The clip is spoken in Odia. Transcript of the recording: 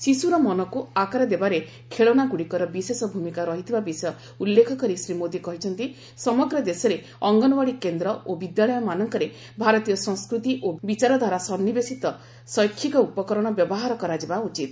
ଶିଶୁର ମନକୁ ଆକାର ଦେବାରେ ଖେଳନାଗୁଡ଼ିକର ବିଶେଷ ଭୂମିକା ରହିଥିବା ବିଷୟ ଉଲ୍ଲେଖ କରି ଶ୍ରୀ ମୋଦି କହିଛନ୍ତି ସମଗ୍ର ଦେଶରେ ଅଙ୍ଗନୱାଡ଼ି କେନ୍ଦ୍ର ଓ ବିଦ୍ୟାଳୟମାନଙ୍କରେ ଭାରତୀୟ ସଂସ୍କୃତି ଓ ବିଚାରଧାରା ସନ୍ତିବେଶିତ ଶୈକ୍ଷିକ ଉପକରଣ ବ୍ୟବହାର କରାଯିବା ଉଚିତ